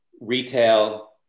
retail